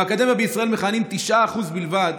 באקדמיה בישראל מכהנים 9% בלבד